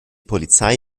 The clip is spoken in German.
polizei